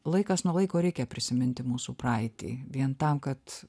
laikas nuo laiko reikia prisiminti mūsų praeitį vien tam kad